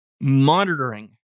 monitoring